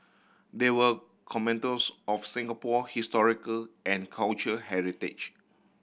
they were of Singapore historical and cultural heritage